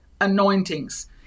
anointings